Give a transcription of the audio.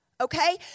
Okay